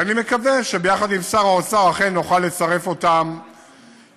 ואני מקווה שיחד עם שר האוצר אכן נוכל לצרף גם אותם לרפורמה.